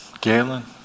Galen